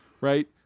right